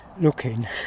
looking